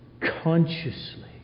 consciously